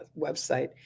website